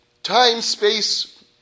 time-space